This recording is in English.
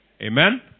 Amen